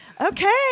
Okay